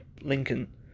Lincoln